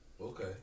Okay